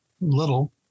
little